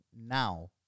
now